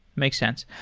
makes sense.